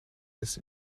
jetzt